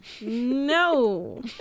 No